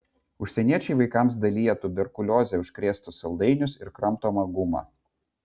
užsieniečiai vaikams dalija tuberkulioze užkrėstus saldainius ir kramtomą gumą